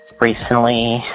recently